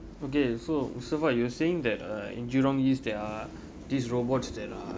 okay so so what you were saying that uh in jurong east there are these robots that are